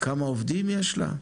כמה עובדים יש לה?